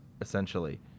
essentially